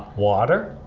water,